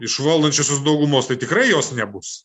iš valdančiosios daugumos tai tikrai jos nebus